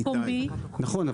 נכון,